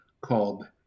called